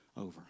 over